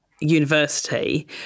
university